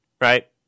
right